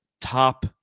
top